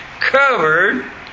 covered